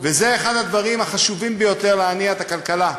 וזה אחד הדברים החשובים ביותר להנעת הכלכלה.